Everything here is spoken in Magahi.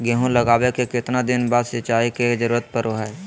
गेहूं लगावे के कितना दिन बाद सिंचाई के जरूरत पड़ो है?